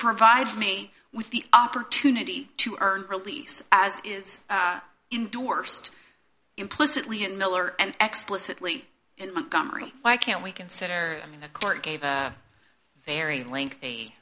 provide me with the opportunity to earn release as is indorsed implicitly and miller and explicitly in montgomery why can't we consider i mean the court gave a very lengthy